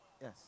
Yes